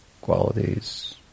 qualities